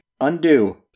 Undo